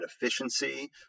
efficiency